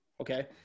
Okay